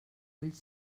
vull